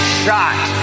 shot